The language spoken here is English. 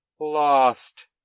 Lost